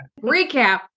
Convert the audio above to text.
recap